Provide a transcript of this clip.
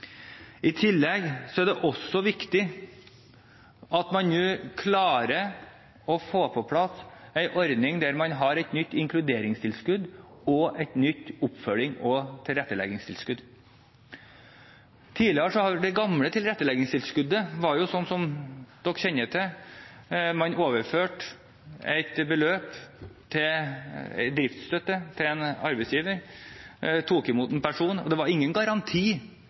I tillegg er det viktig at man nå klarer å få på plass en ordning der man har et nytt inkluderingstilskudd og et nytt oppfølgings- og tilretteleggingstilskudd. Det gamle tilretteleggingstilskuddet var, som man kjenner til, sånn at man overførte et beløp til driftsstøtte til en arbeidsgiver som tok imot en person. Det var ingen garanti